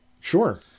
Sure